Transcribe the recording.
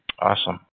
Awesome